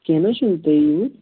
کٚینٛہہ نہَ حظ چھُنہٕ تُہۍ یِیِو